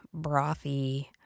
brothy